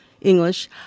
English